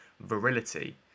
virility